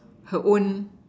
her own